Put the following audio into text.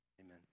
Amen